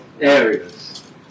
areas